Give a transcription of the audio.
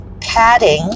padding